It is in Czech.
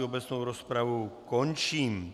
Obecnou rozpravu končím.